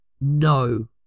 no